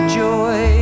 joy